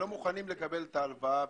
במגבלת זמנים.